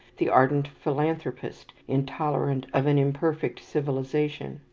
the ardent philanthropist, intolerant of an imperfect civilization,